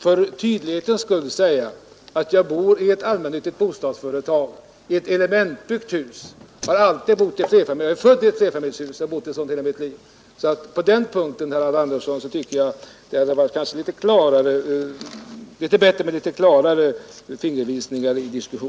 För tydlighetens skull kan jag då säga att jag bor i ett elementbyggt hus tillhörande ett allmännyttigt bostadsföretag. Jag är född i ett flerfamiljshus och har bott i flerfamiljshus i hela mitt liv. På den punkten, herr Alvar Andersson, tycker jag att det hade varit bättre med litet klarare besked.